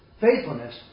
faithfulness